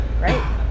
right